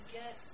get